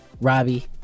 Robbie